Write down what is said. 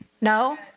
No